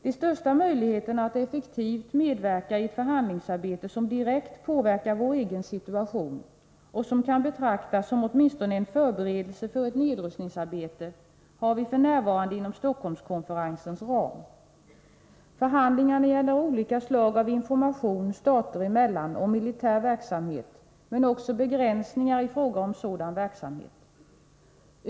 De största möjligheterna att effektivt medverka i ett förhandlingsarbete som direkt påverkar vår egen situation och som kan betraktas som åtminstone en förberedelse för ett nedrustningsarbete, har vi f.n. inom Stockholmskonferensens ram. Förhandlingarna gäller olika slag av information stater emellan om militär verksamhet, men också begränsningar i fråga om sådan verksamhet.